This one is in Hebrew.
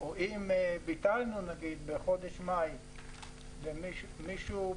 אם ביטלנו בחודש מאי את ההקצאה למישהו,